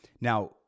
Now